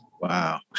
Wow